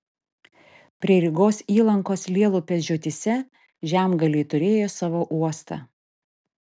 prie rygos įlankos lielupės žiotyse žemgaliai turėjo savo uostą